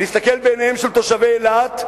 להסתכל בעיניהם של תושבי אילת,